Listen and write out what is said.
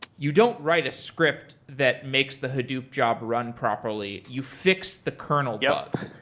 you don't write a script that makes the hadoop job run properly. you fix the kernel bug.